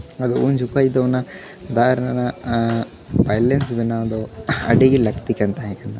ᱟᱫᱚ ᱩᱱ ᱡᱚᱠᱷᱟᱡ ᱫᱚ ᱚᱱᱟ ᱫᱟᱜ ᱨᱮᱱᱟᱜ ᱵᱟᱭᱞᱮᱱᱥ ᱵᱮᱱᱟᱣ ᱫᱚ ᱟᱹᱰᱤ ᱞᱟᱹᱠᱛᱤ ᱠᱟᱱ ᱛᱟᱦᱮᱸ ᱠᱟᱱᱟ